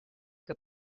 que